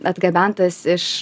atgabentas iš